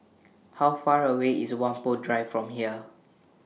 How Far away IS Whampoa Drive from here